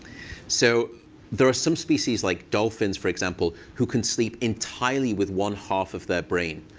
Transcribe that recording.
so there are some species, like dolphins, for example, who can sleep entirely with one half of their brain.